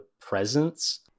presence